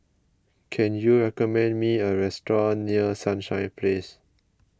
can you recommend me a restaurant near Sunshine Place